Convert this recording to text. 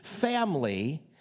family